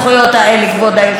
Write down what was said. כבוד היושב-ראש?